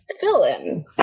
fill-in